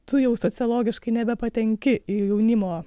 tu jau sociologiškai nebepatenki į jaunimo